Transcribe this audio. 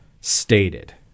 stated